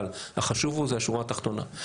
אבל החשוב זה השורה התחתונה,